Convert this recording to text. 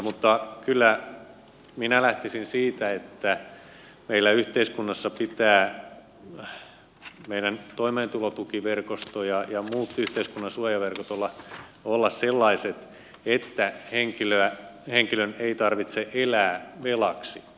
mutta kyllä minä lähtisin siitä että meillä yhteiskunnassa pitää meidän toimeentulotukiverkosto ja muut yhteiskunnan suojaverkot olla sellaiset että henkilön ei tarvitse elää velaksi